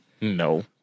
No